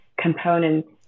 components